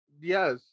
Yes